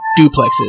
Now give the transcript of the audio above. duplexes